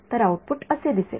तर आऊटपुट असे दिसेल